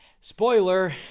Spoiler